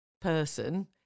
person